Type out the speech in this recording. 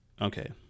Okay